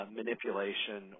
manipulation